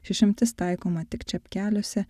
išimtis taikoma tik čepkeliuose